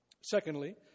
Secondly